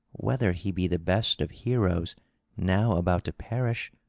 whether he be the best of heroes now about to perish,